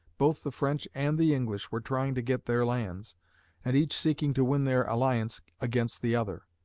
both the french and the english were trying to get their lands and each seeking to win their alliance against the other.